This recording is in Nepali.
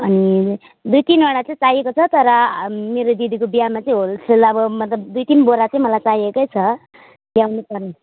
अनि दुई तिननटा चाहिँ चाहिएको छ तर मेरो दिदीको बियामा चाहिँ होलसेल अब मतलब दुई तिन बोरा चाहिँ मलाई चाहिएकै छ ल्याउनु पर्ने